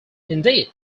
indeed